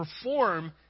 perform